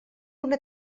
una